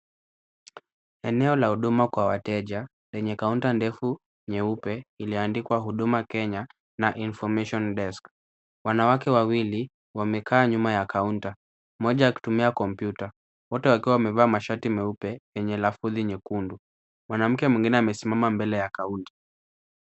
Eneo la huduma kwa wateja lenye kaunta ndefu nyeupe iliyoandikwa Huduma Kenya na Information Desk . Wanawake wawili wamekaa nyuma ya kaunta mmoja akitumia kompyuta wote wakiwa wamevaa mashati meupe yenye lafudhi nyekundu. Mwanamke mwengine amesimama mbele ya kaunta.